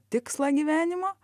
tikslą gyvenimo